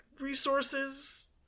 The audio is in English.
resources